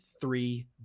three